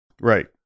Right